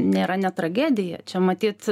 nėra ne tragedija čia matyt